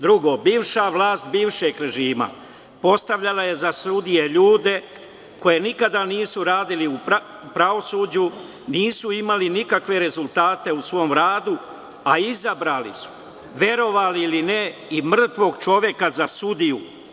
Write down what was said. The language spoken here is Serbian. Drugo, bivša vlast bivšeg režima postavljala je za sudije ljude koji nikada nisu radili u pravosuđu, nisu imali nikakve rezultate u svom radu, a izabrali su, verovali ili ne, i mrtvog čoveka za sudiju.